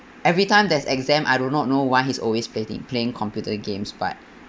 every time there's exam I do not know why he's always playing playing computer games but